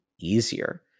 easier